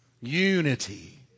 Unity